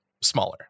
smaller